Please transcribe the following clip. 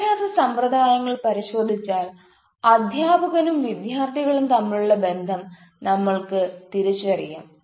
വിദ്യാഭ്യാസ സമ്പ്രദായങ്ങൾ പരിശോധിച്ചാൽ അധ്യാപകനും വിദ്യാർത്ഥികളും തമ്മിലുള്ള ബന്ധം നമ്മൾക്ക് തിരിച്ചറിയാം